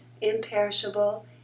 imperishable